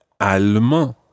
allemand